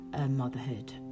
motherhood